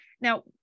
Now